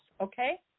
okay